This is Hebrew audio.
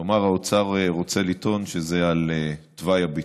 כלומר, האוצר רוצה לטעון שזה על תוואי הביצוע.